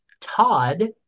Todd